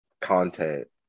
content